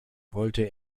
wollte